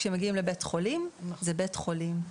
כשמגיעים לבית חולים זה בית חולים.